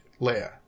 Leia